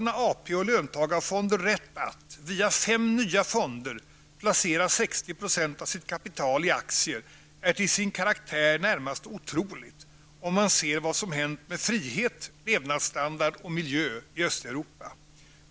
placera 60 % av sitt kapital i aktier är till sin karaktär närmast otroligt, om man ser vad som hänt med frihet, levnadsstandard och miljö i Östeuropa.